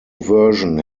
version